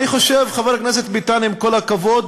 אני חושב, חבר הכנסת ביטן, עם כל הכבוד,